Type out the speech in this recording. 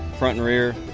front and rear,